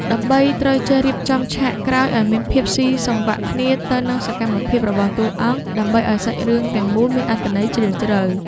យើងត្រូវចេះរៀបចំឆាកក្រោយឱ្យមានភាពស៊ីសង្វាក់គ្នាទៅនឹងសកម្មភាពរបស់តួអង្គ ដើម្បីឱ្យសាច់រឿងទាំងមូលមានអត្ថន័យជ្រាលជ្រៅ។